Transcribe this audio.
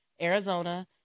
Arizona